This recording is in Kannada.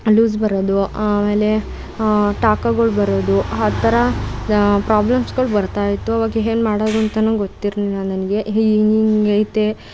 ಲೂಸ್ ಬರೋದು ಆಮೇಲೆ ಟಾಕುಗಳು ಬರೋದು ಆ ಥರ ಪ್ರಾಬ್ಲಮ್ಸ್ಗಳು ಬರ್ತಾ ಇತ್ತು ಅವಾಗ ಏನು ಮಾಡೋದು ಅಂತಾ ಗೊತ್ತಿರಲಿಲ್ಲ ನನಗೆ ಹಿಂಗಿಂಗೆ ಐತೆ